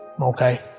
okay